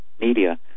media